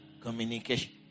communication